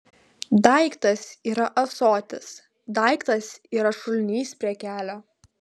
daiktas yra ąsotis daiktas yra šulinys prie kelio